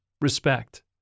respect